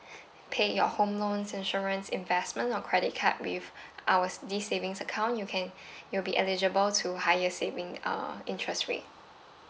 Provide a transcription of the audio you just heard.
pay your home loans insurance investment or credit card with our this savings account you can you'll be eligible to higher savings uh interest rate